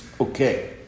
Okay